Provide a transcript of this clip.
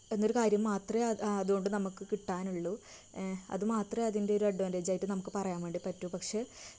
എന്നൊരു കാര്യം മാത്രമേ ആ അതുകൊണ്ട് നമുക്ക് കിട്ടാനുള്ളു അത് മാത്രമേ അതിൻ്റെ ഒര് അഡ്വാൻ്റെയ്ജായിട്ട് നമുക്ക് പറയാൻ വേണ്ടി പറ്റു പക്ഷെ